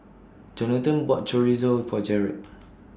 Jonathon bought Chorizo For Jered